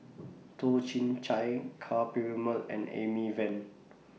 Toh Chin Chye Ka Perumal and Amy Van